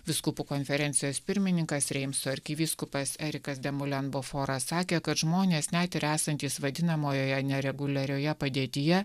vyskupų konferencijos pirmininkas reimso arkivyskupas erikas demolemboforas sakė kad žmonės net ir esantys vadinamojoje nereguliarioje padėtyje